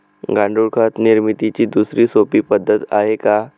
गांडूळ खत निर्मितीची दुसरी सोपी पद्धत आहे का?